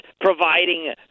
providing